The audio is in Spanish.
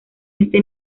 este